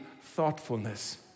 thoughtfulness